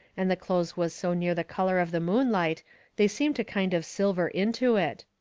and the clothes was so near the colour of the moonlight they seemed to kind of silver into it.